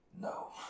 No